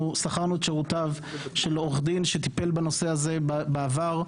אנחנו שכרנו את שירותיו של עורך דין שטיפל בנושא הזה בעבר,